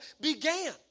began